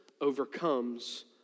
overcomes